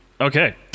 Okay